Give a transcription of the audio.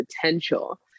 potential